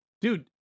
dude